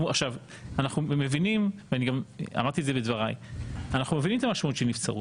אנחנו מבינים וגם אמרתי את זה בדבריי את המשמעות של נבצרות.